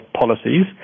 policies